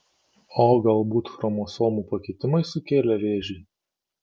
o galbūt chromosomų pakitimai sukėlė vėžį